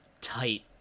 tight